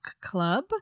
club